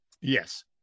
Yes